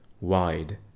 wide